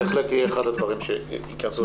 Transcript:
זה בהחלט יהיה אחד הדברים שייכנסו לסיכום.